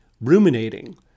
ruminating